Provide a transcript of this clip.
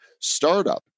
startup